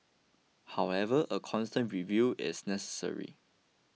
however a constant review is necessary